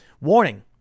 warning